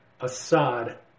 Assad